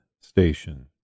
station